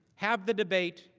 have the debate,